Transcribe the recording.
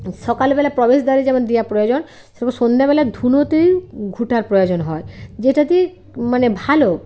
সকাল বেলা প্রবেশদ্বারে যেমন দেওয়া প্রয়োজন সেরম সন্ধ্যেবেলা ধুনোতে ঘুঁটার প্রয়োজন হয় যেটা কি মানে ভালো